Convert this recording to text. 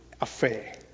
affair